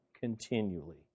continually